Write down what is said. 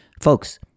Folks